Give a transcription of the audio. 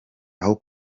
aho